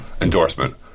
endorsement